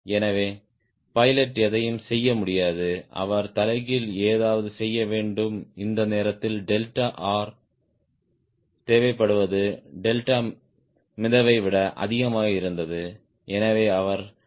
எனவே பைலட் எதையும் செய்ய முடியாது அவர் தலைகீழ் ஏதாவது செய்ய வேண்டும் இந்த நேரத்தில் டெல்டா ஆர் தேவைப்படுவது டெல்டா மிதவை விட அதிகமாக இருந்தது எனவே அவர் பெடலைப் பயன்படுத்துவார்